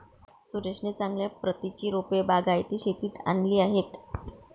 सुरेशने चांगल्या प्रतीची रोपे बागायती शेतीत आणली आहेत